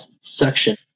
section